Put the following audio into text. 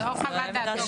זאת חוות דעתו.